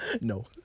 no